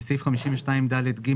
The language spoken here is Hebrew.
בסעיף 52ד(ג),